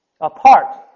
apart